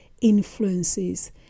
influences